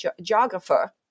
geographer